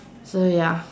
so ya